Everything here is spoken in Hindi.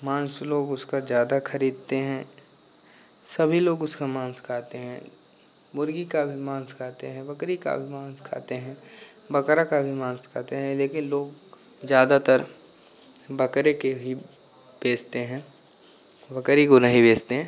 माँस लोग उसका ज़्यादा खरीदते हैं सभी लोग उसका माँस खाते हैं मुर्गी का भी माँस खाते हैं बकरी का भी माँस खाते हैं बकरा का भी माँस खाते हैं लेकिन लोग ज़्यादातर बकरे को ही बेचते हैं बकरी को नहीं बेचते हैं